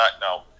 no